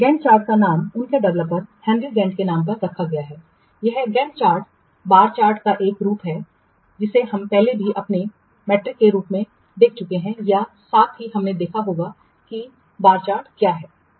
Gantt chart का नाम इसके डेवलपर हेनरी गैंट के नाम पर रखा गया है यह गैन्ट चार्ट बार चार्ट का एक रूप है जिसे हम पहले भी आपके मैट्रिक में देख चुके हैं या साथ ही हमने देखा होगा कि बार चार्ट क्या है